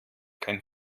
kein